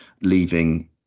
leaving